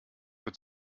wird